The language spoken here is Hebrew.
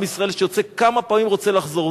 עם ישראל כשיוצא, כמה פעמים רוצה לחזור.